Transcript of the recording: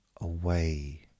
away